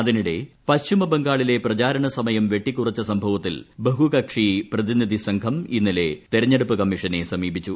അതിനിടെ പശ്ചിമ ബംഗാളിലെ പ്രചാരണ സമയം വെട്ടിക്കുറച്ച സംഭവത്തിൽ ബഹുകക്ഷി പ്രതിനിധി സംഘം ഇന്നലെ തെരഞ്ഞെടുപ്പ് കമ്മീഷനെ സമീപിച്ചു